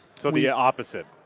so the yeah opposite